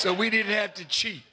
so we didn't have to cheat